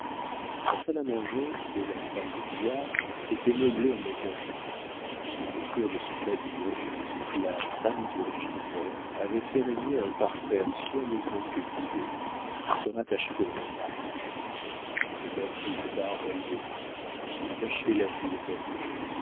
la salle à manger et la salle de billard étaient meublées en acajou autour de son pavillon la femme du régisseur avait fait régner un parterre soigneusement cultivé qui se rattachait au grand parc des massifs d'arbres exotiques cachaient la vue des communs